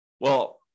well-